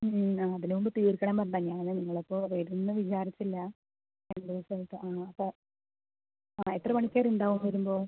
ആ അതിനുമുൻപ് തീർക്കണം പറഞ്ഞിട്ടാണ് നിങ്ങളിപ്പോൾ വരുമെന്ന് വിചാരിച്ചില്ല രണ്ടുദിവസമായിട്ട് ആ അപ്പോൾ ആ എത്ര പണിക്കാരുണ്ടാവും വരുമ്പോൾ